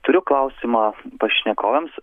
turiu klausimą pašnekovams